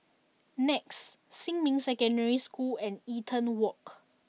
Nex Xinmin Secondary School and Eaton Walk